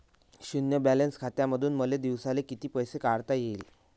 शुन्य बॅलन्स खात्यामंधून मले दिवसाले कितीक पैसे काढता येईन?